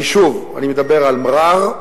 היישוב אני מדבר על מע'אר,